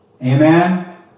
amen